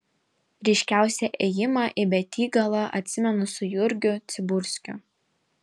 ryškiausiai ėjimą į betygalą atsimenu su jurgiu cibulskiu